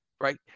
right